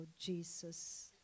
Jesus